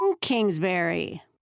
Kingsbury